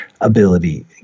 ability